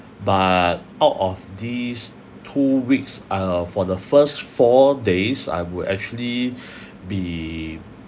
but out of these two weeks uh for the first four days I will actually be